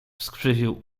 skrzywił